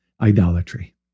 idolatry